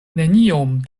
neniom